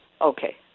Okay